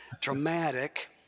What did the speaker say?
dramatic